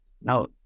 Now